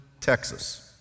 Texas